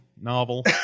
novel